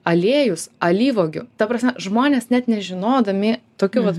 aliejus alyvuogių ta prasme žmonės net nežinodami tokių vat